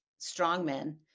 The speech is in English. strongmen